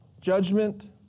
Judgment